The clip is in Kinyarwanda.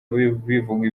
bivuga